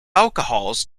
alcohols